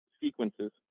sequences